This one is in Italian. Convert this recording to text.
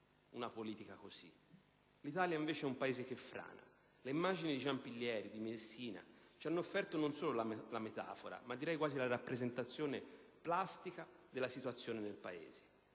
una politica così? L'Italia invece è un Paese che frana: le immagini di Giampilieri e di Messina ci hanno offerto non solo la metafora, ma direi quasi la rappresentazione plastica della situazione del Paese.